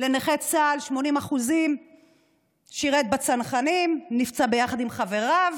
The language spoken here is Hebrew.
לנכה צה"ל 80% ששירת בצנחנים ונפצע יחד עם חבריו,